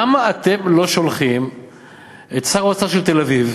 למה אתם לא שולחים את שר האוצר של תל-אביב,